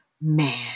man